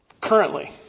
Currently